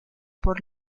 por